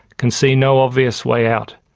can see no obvious way out.